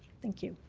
thank you.